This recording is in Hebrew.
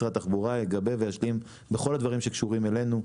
משרד התחבורה יגבה וישלים בכל הדברים שקשורים אלינו.